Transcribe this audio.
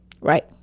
Right